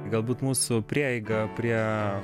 galbūt mūsų prieiga prie